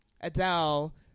Adele